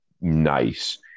nice